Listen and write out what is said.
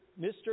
Mr